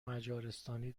مجارستانی